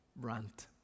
rant